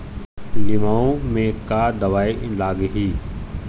लिमाऊ मे का दवई लागिही?